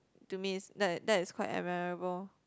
to me is that that is quite admirable